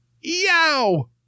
yow